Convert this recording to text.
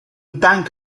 bank